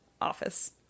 ...office